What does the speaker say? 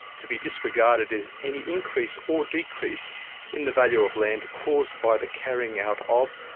to be disregarded is any increase or decrease in the value of land caused by the carrying-out of,